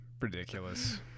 ridiculous